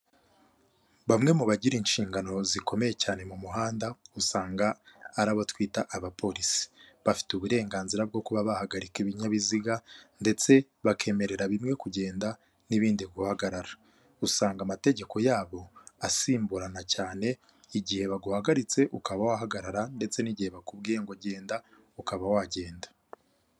Bamwe mu bagira inshingano zikomeye cyane mu muhanda usanga ari abo twita abapolisi bafite uburenganzira bwo kuba bahagarika ibinyabiziga ndetse bakemerera bimwe kugenda n'ibindi guhagarara usanga amategeko yabo asimburana cyane igihe baguhagaritse ukaba wahagarara ndetse n'igihe bakubwiye ngo genda ukaba wagenda.